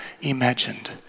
imagined